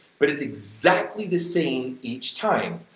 but it's exactly the same each time.